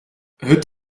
het